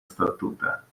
статута